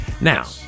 Now